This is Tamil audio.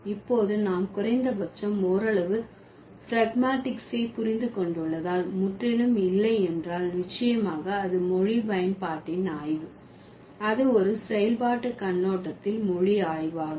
இப்போது நாம் குறைந்தபட்சம் ஓரளவு ப்ராக்மடிஸை புரிந்து கொண்டுள்ளதால் முற்றிலும் இல்லை என்றால் நிச்சயமாக அது மொழி பயன்பாடின் ஆய்வு அது ஒரு செயல்பாட்டு கண்ணோட்டத்தில் மொழி ஆய்வு ஆகும்